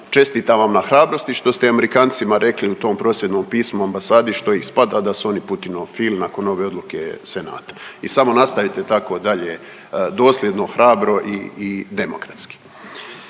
Čestitam vam na hrabrosti što ste Amerikancima rekli u tom prosvjednom pismu ambasadi što ih spada da su oni putinofili nakon ove odluke Senata. I samo nastavite tako dalje dosljedno, hrabro i, i demokratski.